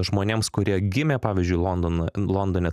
žmonėms kurie gimė pavyzdžiui london londone